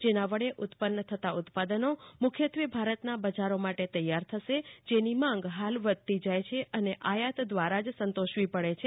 જેના વડે ઉત્પન્ન થતા ઉત્પાદનો મખ્યત્વે ભારતના બજારો માટે તૈયાર થશે જનો માંગ હાલ વધતી જાય છે અને આયાત દવારા જ સંતોષવી પડે છે